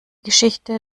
geschichte